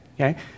Okay